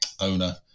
owner